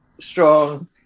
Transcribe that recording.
strong